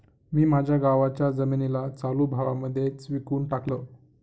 मी माझ्या गावाच्या जमिनीला चालू भावा मध्येच विकून टाकलं